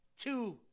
two